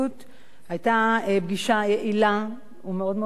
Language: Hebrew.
היתה פגישה יעילה ומאוד מאוד מוצלחת.